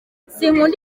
sinkunda